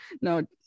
No